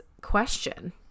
question